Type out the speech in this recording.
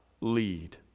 lead